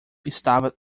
estava